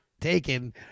taken